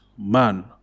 man